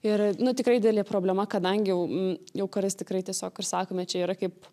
ir nu tikrai didelė problema kadangi jau m jau kartais tikrai tiesiog ir sakome čia yra kaip